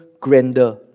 grander